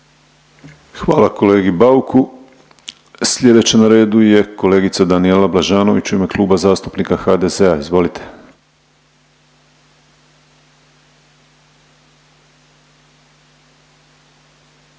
Hvala kolegici Bježančević. Slijedeća na redu je kolegica Majda Burić u ime Kluba zastupnika HDZ-a. Izvolite.